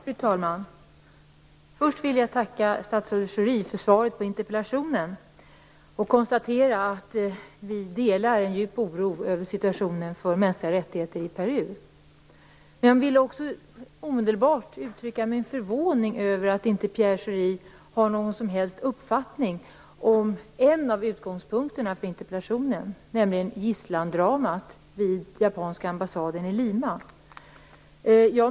Fru talman! Först vill jag tacka statsrådet Pierre Schori för svaret på interpellationen och konstatera att jag delar den djupa oron över situationen för mänskliga rättigheter i Peru. Men jag vill också omedelbart uttrycka min förvåning över att Pierre Schori inte har någon som helst uppfattning om en av utgångspunkterna för interpellationen, nämligen gisslandramat vid den japanska ambassaden i Lima.